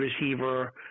receiver